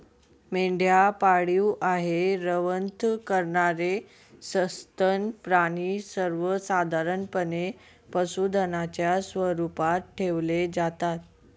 मेंढ्या पाळीव आहे, रवंथ करणारे सस्तन प्राणी सर्वसाधारणपणे पशुधनाच्या स्वरूपात ठेवले जातात